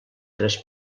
tres